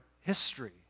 history